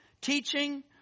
teaching